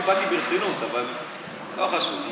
אני באתי ברצינות, אבל לא חשוב.